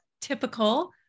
typical